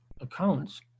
accounts